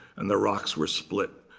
and the rocks were split.